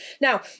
Now